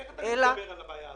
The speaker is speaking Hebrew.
איך אתה יכול להתגבר על הבעיה הזאת?